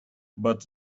but